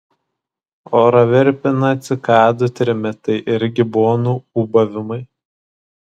orą virpina cikadų trimitai ir gibonų ūbavimai